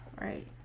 Right